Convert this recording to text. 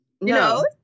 No